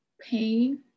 pain